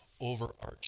overarching